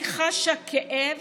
אני חשה כאב